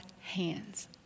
hands